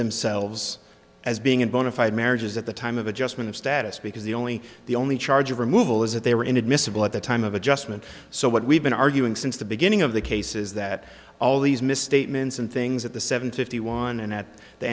themselves as being a bona fide marriages at the time of adjustment of status because the only the only charge of removal is that they were inadmissible at the time of adjustment so what we've been arguing since the beginning of the case is that all these misstatements and things that the seventy one and at the